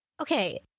Okay